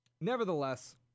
nevertheless